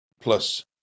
plus